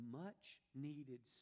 much-needed